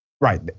right